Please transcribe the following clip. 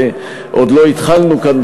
ועוד לא התחלנו כאן,